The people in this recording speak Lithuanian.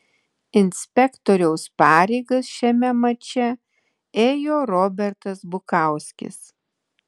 inspektoriaus pareigas šiame mače ėjo robertas bukauskis